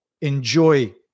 enjoy